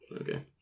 Okay